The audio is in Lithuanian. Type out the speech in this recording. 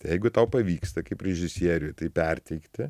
jeigu tau pavyksta kaip režisieriui tai perteikti